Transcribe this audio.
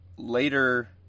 Later